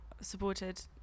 supported